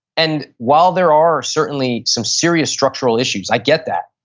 and while there are certainly some serious structural issues, i get that.